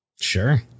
Sure